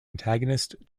antagonist